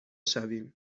شویم